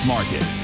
Market